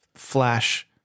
Flash